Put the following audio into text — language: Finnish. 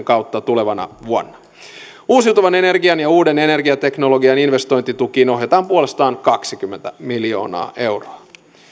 kautta tulevana vuonna uusiutuvan energian ja uuden energiateknologian investointitukiin ohjataan puolestaan kaksikymmentä miljoonaa euroa